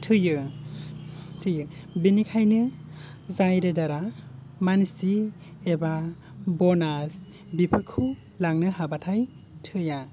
थैयो थैयो बिनिखायनो जाय राइडारा मानसि एबा बनास बिफोरखौ लांनो हाबाथाय थैया